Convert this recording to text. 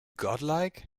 godlike